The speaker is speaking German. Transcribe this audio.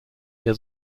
der